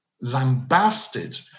lambasted